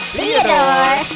Theodore